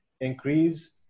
increase